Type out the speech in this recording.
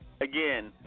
Again